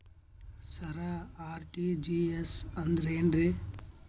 ಸರ RTGS ಅಂದ್ರ ಏನ್ರೀ?